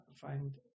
find